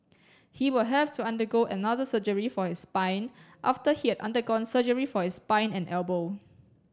he will have to undergo another surgery for his spine after he had undergone surgery for his spine and elbow